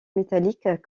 métalliques